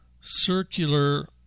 circular